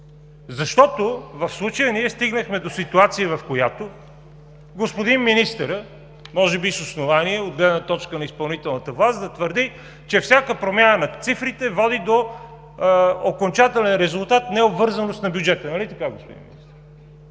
защото в случая ние стигнахме до ситуация, в която господин министъра, може би с основание от гледна точка на изпълнителната власт, да твърди, че всяка промяна на цифрите води до окончателен резултат – необвързаност на бюджета. Нали така, господин Министър?